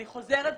אני חוזרת ואומרת,